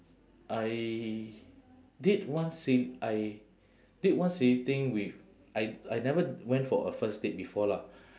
I did one si~ I did one silly thing with I I never went for a first date before lah